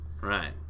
Right